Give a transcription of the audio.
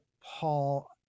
Paul